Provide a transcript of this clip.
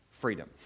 freedom